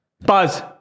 Buzz